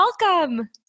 welcome